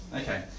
Okay